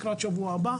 לקראת שבוע הבא,